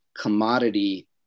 commodity